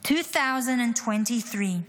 2023,